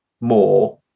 more